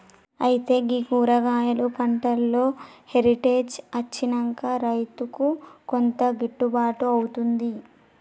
అయితే గీ కూరగాయలు పంటలో హెరిటేజ్ అచ్చినంక రైతుకు కొంత గిట్టుబాటు అవుతుంది